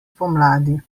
pomladi